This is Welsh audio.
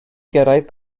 gyrraedd